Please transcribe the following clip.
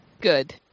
Good